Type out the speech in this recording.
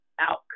out